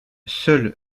seuls